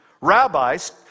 Rabbis